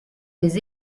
des